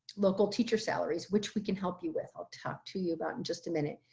local teacher salaries, which we can help you with i'll talk to you about in just a minute.